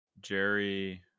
Jerry